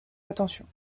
attentions